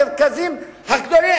מרכזים גדולים,